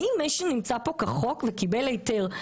האם מי שנמצא פה כחוק וקיבל היתר,